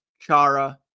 Chara